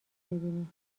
میبینی